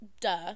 duh